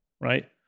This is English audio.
Right